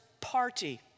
PARTY